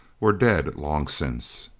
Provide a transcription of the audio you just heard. were dead long since.